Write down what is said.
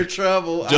trouble